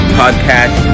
podcast